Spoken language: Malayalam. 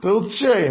തീർച്ചയായും